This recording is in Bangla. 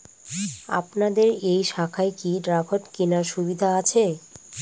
আপনাদের এই শাখায় কি ড্রাফট কেনার সুবিধা আছে?